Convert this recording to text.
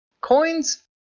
coins